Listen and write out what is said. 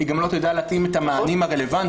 היא גם לא תדע להתאים את המענים הרלוונטיים.